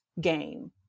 game